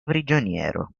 prigioniero